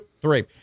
three